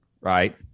right